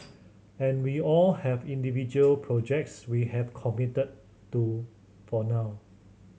and we all have individual projects we have committed to for now